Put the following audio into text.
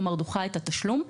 כלומר דוחה את התשלום.